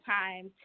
time